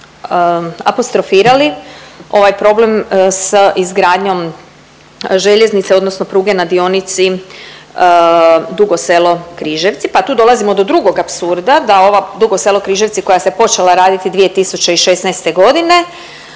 apostrofirali ovaj problem s izgradnjom željeznice odnosno pruge na dionici Dugo Selo-Križevci. Pa tu dolazimo do drugog apsurda da ova Dugo Selo-Križevci koja se počela raditi 2016.g.